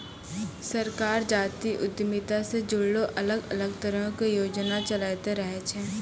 सरकार जातीय उद्यमिता से जुड़लो अलग अलग तरहो के योजना चलैंते रहै छै